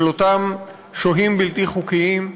של אותם שוהים בלתי חוקיים.